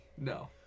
No